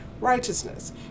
righteousness